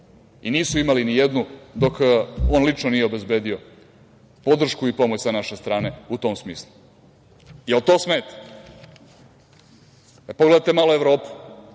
Nisu imali nijednu dok on lično nije obezbedio podršku i pomoć sa naše strane u tom smislu. Jel to smeta? Pogledajte malo Evropu.